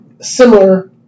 similar